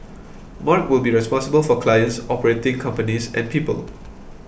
mark will be responsible for clients operating companies and people